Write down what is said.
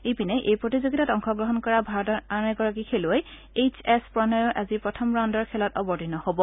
ইপিনে এই প্ৰতিযোগিতাত অংশগ্ৰহণ কৰা ভাৰতৰ আন এগৰাকী খেলুৱৈ এইচ এছ প্ৰণয়েও আজি প্ৰথম ৰাউণ্ডৰ খেলত অৱতীৰ্ণ হ'ব